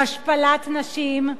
והשפלת נשים,